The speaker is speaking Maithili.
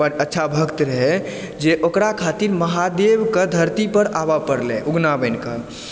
अच्छा भक्त रहै जे ओकरा खातिर महादेव के धरती पर आबय पड़लै उगना बनिकऽ